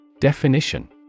Definition